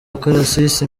akarasisi